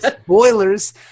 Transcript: Spoilers